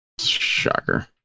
Shocker